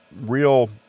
real